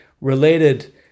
related